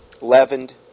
leavened